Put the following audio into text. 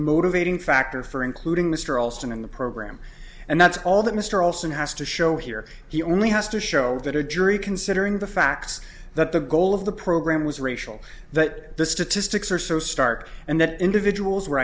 motivating factor for including mr alston in the program and that's all that mr olson has to show here he only has to show that a jury considering the facts that the goal of the program was racial that the statistics are so stark and that individual's